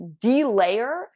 de-layer